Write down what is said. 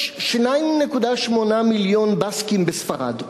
יש 2.8 מיליון בסקים בספרד,